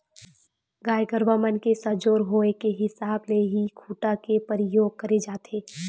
गाय गरुवा मन के सजोर होय के हिसाब ले ही खूटा के परियोग करे जाथे